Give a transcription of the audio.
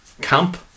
camp